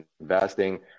investing